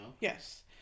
Yes